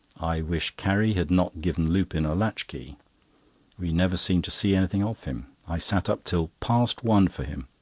i wish carrie had not given lupin a latch-key we never seem to see anything of him. i sat up till past one for him,